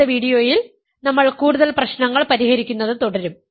അടുത്ത വീഡിയോയിൽ നമ്മൾ കൂടുതൽ പ്രശ്നങ്ങൾ പരിഹരിക്കുന്നത് തുടരും